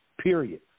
period